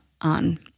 on